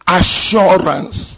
assurance